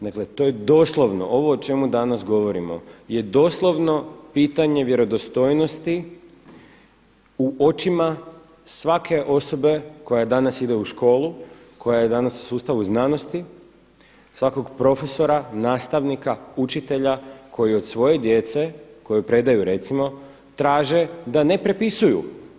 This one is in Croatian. Dakle, to je doslovno, ovo o čemu danas govorimo je doslovno pitanje vjerodostojnosti u očima svake osobe koja danas ide u školu, koja je danas u sustavu znanosti, svakog profesora, nastavnika, učitelja koji od svoje djece koji predaju recimo traže da ne prepisuju.